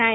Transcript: I